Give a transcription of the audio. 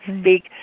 speak